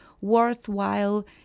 worthwhile